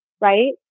right